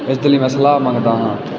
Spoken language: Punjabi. ਇਸ ਦੇ ਲਈ ਮੈਂ ਸਲਾਹ ਮੰਗਦਾ ਹਾਂ